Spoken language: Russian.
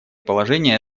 положения